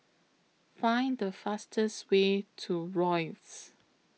Find The fastest Way to Rosyth